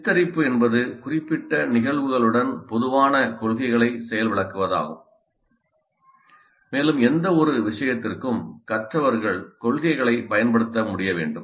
சித்தரிப்பு என்பது குறிப்பிட்ட நிகழ்வுகளுடன் பொதுவான கொள்கைகளை செயல் விளக்குவதாகும் மேலும் எந்தவொரு விஷயத்திற்கும் கற்றவர்கள் கொள்கைகளைப் பயன்படுத்த முடிய வேண்டும்